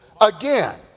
again